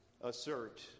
assert